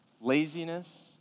laziness